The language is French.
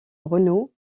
renault